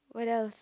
what else